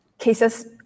Cases